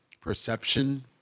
perception